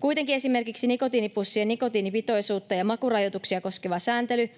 Kuitenkin esimerkiksi nikotiinipussien nikotiinipitoisuutta ja makurajoituksia koskeva sääntely